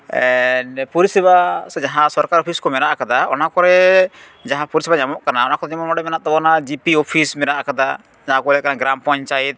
ᱯᱚᱨᱤᱥᱮᱵᱟ ᱥᱮ ᱡᱟᱦᱟᱸ ᱥᱚᱨᱠᱟᱨ ᱚᱯᱷᱤᱥ ᱠᱚ ᱢᱮᱱᱟᱜ ᱠᱟᱫᱟ ᱚᱱᱟ ᱠᱚᱨᱮᱫ ᱡᱟᱦᱟᱸ ᱯᱚᱨᱤᱥᱮᱵᱟ ᱧᱟᱢᱚᱜ ᱠᱟᱱᱟ ᱚᱱᱟᱠᱚ ᱱᱚᱸᱰᱮ ᱢᱮᱱᱟᱜ ᱛᱟᱵᱚᱱᱟ ᱡᱤᱯᱤ ᱚᱯᱷᱤᱥ ᱢᱮᱱᱟᱜ ᱠᱟᱫᱟ ᱡᱟᱦᱟᱸ ᱠᱚ ᱢᱮᱛᱟᱜ ᱠᱟᱱᱟ ᱜᱨᱟᱢ ᱯᱚᱧᱪᱟᱭᱮᱛ